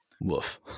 Woof